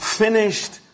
finished